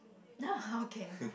no okay